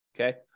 okay